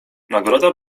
nagroda